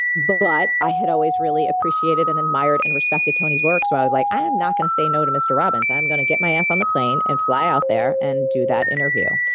but i had always really appreciated and admired and respected tony's work so i was like i am not going to say no to mr. robbins. i'm going to get my ass on the plane and fly out there and so that interview.